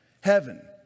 Heaven